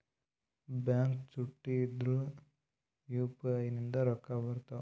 Bank ಚುಟ್ಟಿ ಇದ್ರೂ UPI ನಿಂದ ರೊಕ್ಕ ಬರ್ತಾವಾ?